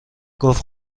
گفت